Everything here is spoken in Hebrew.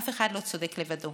אף אחד לא צודק לבדו.